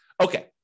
Okay